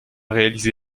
réalisé